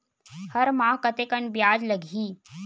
हर माह कतेकन ब्याज लगही?